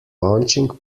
launching